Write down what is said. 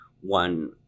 one